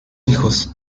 hijos